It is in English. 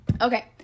Okay